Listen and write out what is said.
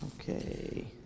Okay